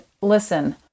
listen